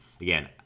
again